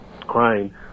crying